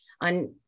on